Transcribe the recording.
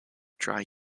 dry